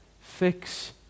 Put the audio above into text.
Fix